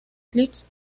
clips